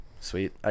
sweet